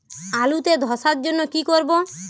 আলুতে ধসার জন্য কি করব?